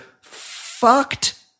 fucked